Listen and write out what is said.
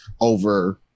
over